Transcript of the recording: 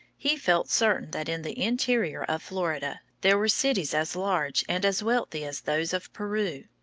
he felt certain that in the interior of florida there were cities as large and as wealthy as those of peru.